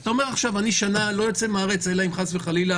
אתה אומר עכשיו: אני שנה לא יוצא מהארץ אלא אם חס וחלילה